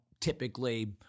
typically